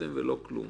חשבתם ולא כלום.